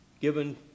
given